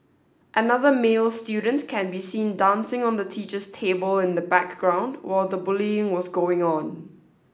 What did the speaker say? another male student can be seen dancing on the teacher's table in the background while the bullying was going on